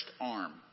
arm